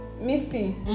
Missy